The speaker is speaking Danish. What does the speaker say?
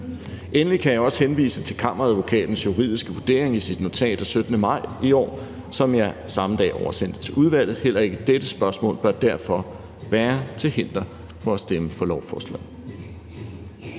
Endelig kan jeg også henvise til Kammeradvokatens juridiske vurdering i sit notat af 17. maj i år, som jeg samme dag oversendte til udvalget. Heller ikke dette spørgsmål bør derfor være til hinder for at stemme for lovforslaget.